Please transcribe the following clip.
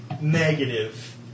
negative